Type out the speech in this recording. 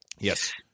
Yes